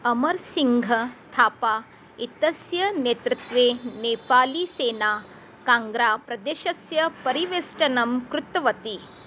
अमर्सिङ्घथापा इत्यस्य नेतृत्वे नेपालीसेना काङ्ग्राप्रदेशस्य परिवेष्टनं कृतवती